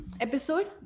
episode